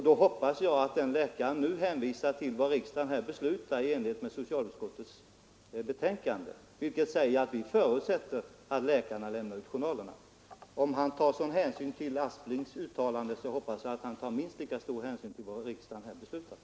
Då hoppas jag att denna läkare i fortsättningen skall hänvisa till vad riksdagen nu kommer att besluta i enlighet med socialutskottets skrivning, där vi förutsätter att läkarna skall lämna ut sina journaler. Om vederbörande läkare tar hänsyn till herr Asplings uttalande, hoppas jag alltså att han tar minst lika stor hänsyn till vad riksdagen nu beslutar.